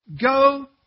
go